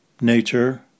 nature